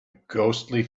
ghostly